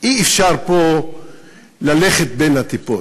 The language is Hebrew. אי-אפשר פה ללכת בין הטיפות.